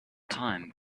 time